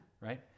Right